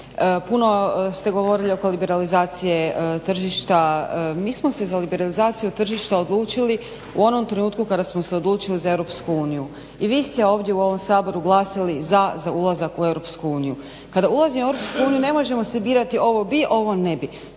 Puno ste govorili oko liberalizacije tržišta. Mi smo se za liberalizaciju tržišta odlučili u onom trenutku kada smo se odlučili za Europsku uniju i vi ste ovdje u ovom Saboru glasali za ulazak u Europsku uniju. Kada ulazimo u Europsku uniju ne možemo si birati ovo bi, ovo ne bi,